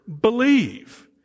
believe